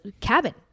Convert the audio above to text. cabin